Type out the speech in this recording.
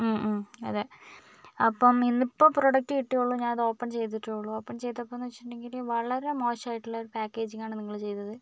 അതെ അപ്പം ഇന്നിപ്പോൾ പ്രൊഡക്റ്റ് കിട്ടിയേ ഉള്ളൂ ഞാനത് ഓപ്പൺ ചെയ്തിട്ടേ ഉള്ളൂ ഓപ്പൺ ചെയ്തപ്പോൾ എന്ന് വെച്ചിട്ടുണ്ടെങ്കിൽ വളരെ മോശമായിട്ടുള്ള ഒരു പാക്കേജിങ്ങ് ആണ് നിങ്ങൾ ചെയ്തത്